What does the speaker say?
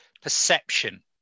perception